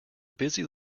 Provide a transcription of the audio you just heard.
busy